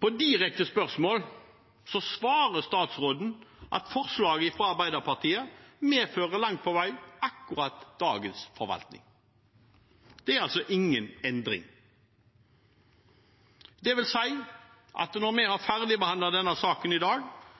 På direkte spørsmål svarer statsråden at forslaget fra Arbeiderpartiet medfører langt på vei akkurat dagens forvaltning. Det er altså ingen endring. Det vil si at når vi har ferdigbehandlet denne saken i dag,